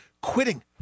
quitting